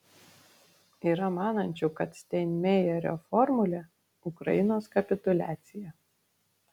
yra manančių kad steinmeierio formulė ukrainos kapituliacija